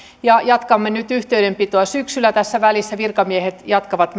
ja jatkamme nyt yhteydenpitoa syksyllä tässä välissä virkamiehet jatkavat